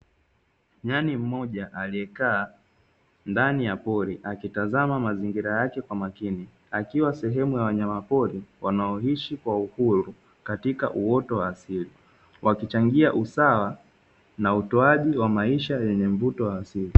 Nyani moja aliyekaa ndani ya pori akitazama mazingira yake kwa makini, akiwa sehemu ya wanyama pori wanaoishi kwa uhuru katika uoto wa asili. Wakichangia usawa na utoaji wa maisha yenye mvuto wa asili.